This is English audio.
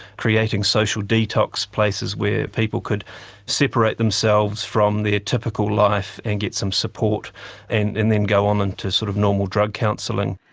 creating social detox places where people could separate themselves from their typical life and get some support and and then go on and to sort of normal drug counselling.